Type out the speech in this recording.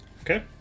Okay